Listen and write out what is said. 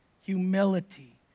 humility